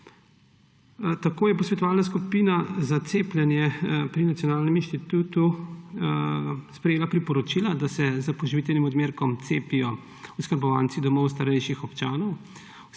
Tako je posvetovalna skupina za cepljenje pri Nacionalnem inštitutu sprejela priporočila, da se s poživitvenim odmerkom cepijo oskrbovanci domov starejših občanov,